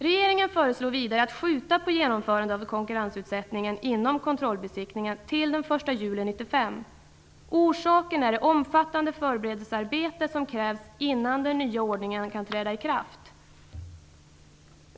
Regeringen föreslår vidare ett uppskov med genomförande av konkurrensutsättningen inom kontrollbesiktningen till den 1 juli 1995. Orsaken är det omfattande förberedelsearbete som krävs innan den nya ordningen kan träda i kraft.